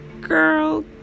girl